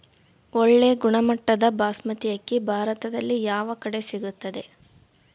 ಒಳ್ಳೆ ಗುಣಮಟ್ಟದ ಬಾಸ್ಮತಿ ಅಕ್ಕಿ ಭಾರತದಲ್ಲಿ ಯಾವ ಕಡೆ ಸಿಗುತ್ತದೆ?